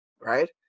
Right